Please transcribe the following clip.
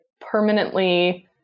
permanently